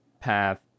path